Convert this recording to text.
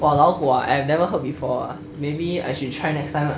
!wah! 老虎 ah I have never heard before ah maybe I should try next time lah